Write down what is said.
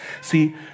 See